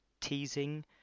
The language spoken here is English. teasing